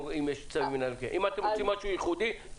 או שתעשו משהו ייחודי.